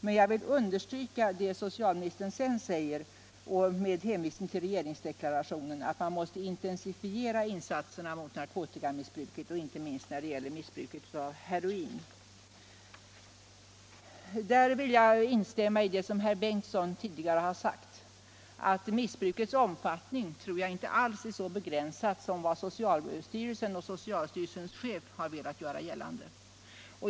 Men jag vill understryka det socialministern sedan säger med hänvisning till regeringsdeklarationen, nämligen att man måste intensifiera insatserna emot narkotikamissbruket och inte minst mot missbruket av heroin. På den punkten vill jag instämma i vad herr Bengtsson tidigare sade. Jag tror inte alls att missbrukets omfattning är så begränsad som socialstyrelsen och dess chef velat göra gällande.